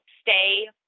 stay